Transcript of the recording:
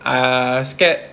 I scared